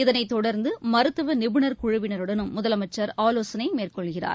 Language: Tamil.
இதனைத் தொடர்ந்து மருத்துவ நிபுணர் குழுவினருடனும் முதலமைச்ச் ஆலோசனை மேற்கொள்கிறார்